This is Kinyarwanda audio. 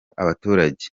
abaturage